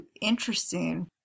interesting